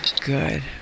Good